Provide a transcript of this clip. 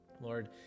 Lord